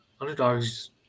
underdogs